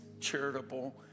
charitable